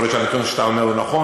יכול להיות שהנתון שאתה אומר הוא נכון.